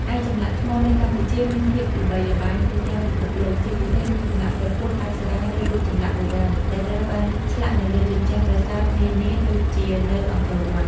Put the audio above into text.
ឯចម្លាក់ថ្មនៅកម្ពុជាមានភាពល្បីល្បាញទូទាំងពិភពលោក ជាពិសេស រូបចម្លាក់ព្រះពុទ្ធ អប្សរា ឬរូបចម្លាក់បុរាណ ដែលត្រូវបានឆ្លាក់នៅលើជញ្ជាំងប្រាសាទនានាដូចជានៅអង្គរវត្ត។